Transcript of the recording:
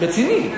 רציני.